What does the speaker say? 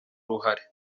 uruhare